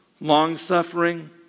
Long-suffering